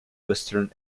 western